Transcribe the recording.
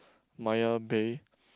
Maya-Bay